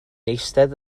eistedd